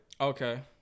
Okay